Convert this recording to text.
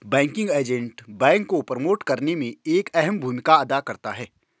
banking agent bank को promote करने में एक अहम भूमिका अदा करता है